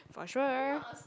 for sure